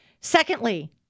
Secondly